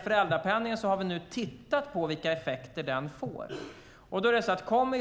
Vi har nu tittat på vilka effekter föräldrapenningen får.